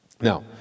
Now